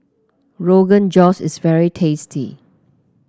Rogan Josh is very tasty